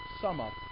sum-up